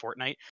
Fortnite